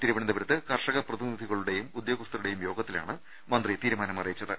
തിരുവനന്തപുരത്ത് കർഷക പ്രതിനിധികളുടെയും ഉദ്യോഗസ്ഥരുടെയും യോഗത്തിലാണ് മന്ത്രി തീരുമാനം അറിയിച്ചത്